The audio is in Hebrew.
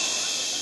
ששש.